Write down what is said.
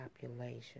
population